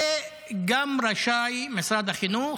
וגם רשאי משרד החינוך,